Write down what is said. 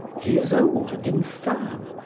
he is old and infirm,